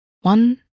One